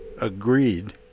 agreed